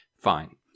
fine